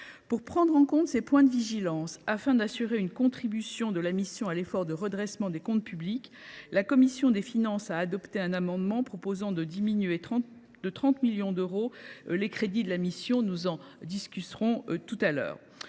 Pour prendre en compte ces points de vigilance, et afin d’assurer une contribution de la mission à l’effort de redressement des comptes publics, la commission des finances a adopté un amendement visant à diminuer de 30 millions d’euros les crédits de la mission. Nous en discuterons tout à l’heure.